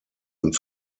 und